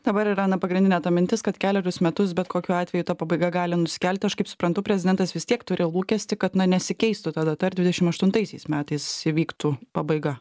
dabar yra na pagrindinė ta mintis kad kelerius metus bet kokiu atveju to pabaiga gali nusikelti aš kaip suprantu prezidentas vis tiek turi lūkestį kad nesikeistų tada dar dvidešim aštuntaisiais metais įvyktų pabaiga